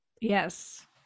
yes